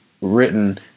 written